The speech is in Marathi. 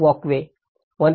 वॉकवे 1